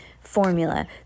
formula